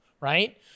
right